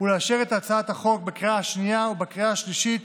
ולאשר את הצעת החוק בקריאה השנייה ובקריאה השלישית